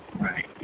Right